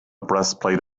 breastplate